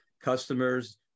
customers